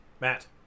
Matt